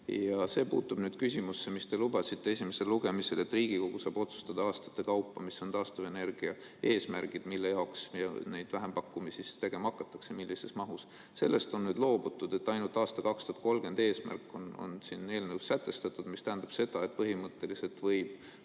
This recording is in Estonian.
Ja see puutub nüüd sellesse, mida te lubasite esimesel lugemisel: et Riigikogu saab otsustada aastate kaupa, mis on taastuvenergia eesmärgid, mille jaoks neid vähempakkumisi tegema hakatakse, millises mahus. Sellest on nüüd loobutud. Ainult 2030. aasta eesmärk on siin eelnõus sätestatud, mis tähendab seda, et põhimõtteliselt võib